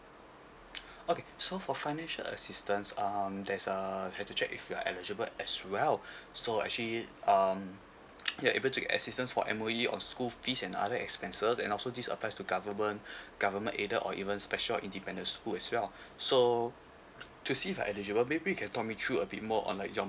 okay so for financial assistance um there's err have to check if you are eligible as well so actually um you're able to get assistance for M_O_E or school fees and other expenses and also this applies to government government aided or even special or independence school as well so to see if you're eligible maybe you can tell me through a bit more on like your